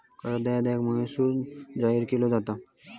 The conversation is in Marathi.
करदात्याक महसूल जाहीर केलो जाता